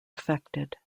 affected